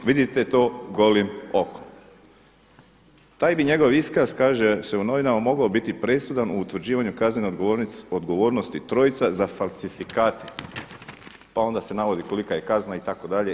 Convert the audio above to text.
Vidite to golim okom.“ Taj bi njegov iskaz kaže se u novinama mogao biti presudan u utvrđivanju kaznene odgovornosti trojice za falsifikate, pa onda se navodi kolika je kazna itd.